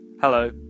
Hello